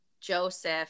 Joseph